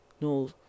no